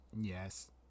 Yes